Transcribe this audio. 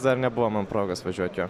dar nebuvo man progos važiuot juo